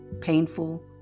painful